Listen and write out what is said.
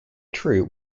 true